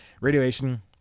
radiation